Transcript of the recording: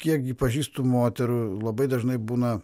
kiek gi pažįstu moterų labai dažnai būna